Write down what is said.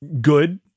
good